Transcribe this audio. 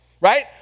Right